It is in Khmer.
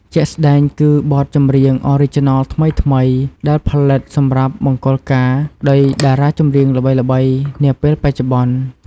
ជាក់ស្តែងគឺបទចម្រៀង Original ថ្មីៗដែលផលិតសម្រាប់មង្គលការដោយតារាចម្រៀងល្បីៗនាពេលបច្ចុប្បន្ន។